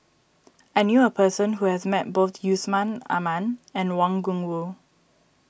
I knew a person who has met both Yusman Aman and Wang Gungwu